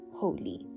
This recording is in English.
holy